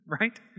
right